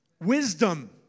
Wisdom